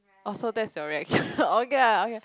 oh so that's your reaction okay lah okay